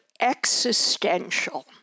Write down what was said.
existential